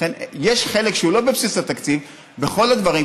לכן יש חלק שהוא לא בבסיס התקציב בכל הדברים,